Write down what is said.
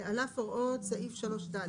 על אף הוראות סעיף 3(ד),